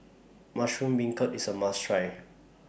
Mushroom Beancurd IS A must Try